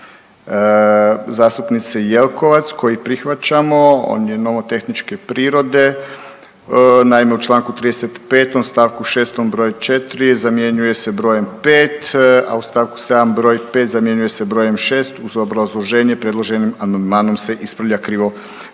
zastupnice Jelkovac koji prihvaćamo. On je nomotehničke prirode, naime u čl. 35. st. 6. br. 4. zamjenjuje se br. 5., a u st. 7. br. 5. zamjenjuje se br. 6. uz obrazloženje predloženim amandmanom se ispravlja krivo